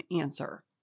answer